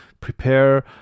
prepare